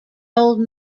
old